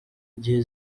igihe